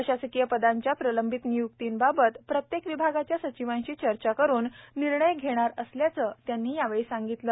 प्रशासकीय पदांच्या प्रलंबित नियुक्तांबाबत प्रत्येक विभागाच्या सचिवांशी चर्चा करून निर्णय घेणार असल्याचं त्यांनी यावेळी सांगितले